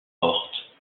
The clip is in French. porte